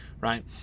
right